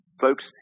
folks